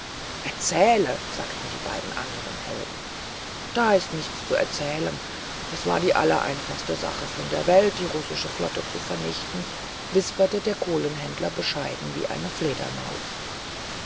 erzähle sagten die beiden anderen helden da ist nichts zu erzählen das war die allereinfachste sache von der welt die russische flotte zu vernichten wisperte der kohlenhändler bescheiden wie eine